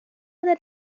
that